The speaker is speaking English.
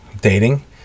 dating